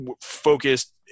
focused